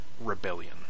rebellion